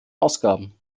ausgaben